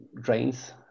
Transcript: drains